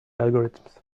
algorithms